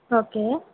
okay